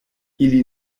ili